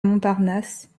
montparnasse